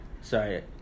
Sorry